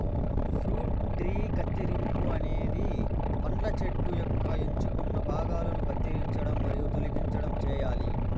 fruit tree కత్తిరింపు అనేది పండ్ల చెట్టు యొక్క ఎంచుకున్న భాగాలను కత్తిరించడం మరియు తొలగించడం చేయాలి